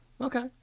Okay